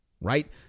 right